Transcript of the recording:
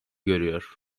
görüyor